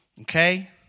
Okay